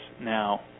now